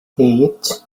eight